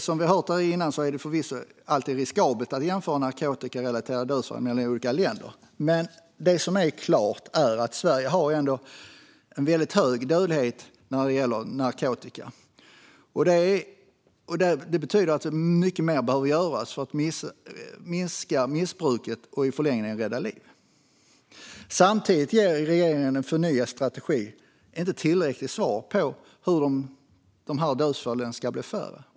Som vi har hört tidigare är det förvisso alltid riskabelt att jämföra narkotikarelaterade dödsfall i olika länder. Men klart är att Sveriges har en väldigt hög dödlighet när det gäller narkotika, och det betyder att mycket mer behöver göras för att minska missbruket och i förlängningen rädda liv. Samtidigt ger regeringens förnyade strategi inte tillräckliga svar på hur dödsfallen ska bli färre.